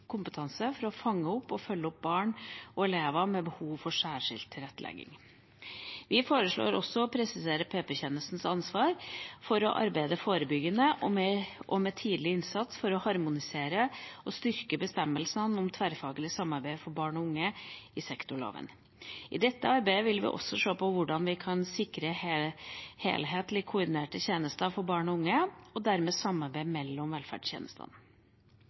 kompetanse til å fange opp og følge opp barn og elever med behov for særskilt tilrettelegging. Vi foreslår også å presisere PP-tjenestens ansvar for å arbeide forebyggende og med tidlig innsats og å harmonisere og styrke bestemmelsene om tverrfaglig samarbeid for barn og unge i sektorlovene. I dette arbeidet vil vi også se på hvordan vi kan sikre helhetlige og koordinerte tjenester til barn og unge og dermed samarbeidet mellom velferdstjenestene.